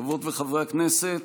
חברות וחברי הכנסת,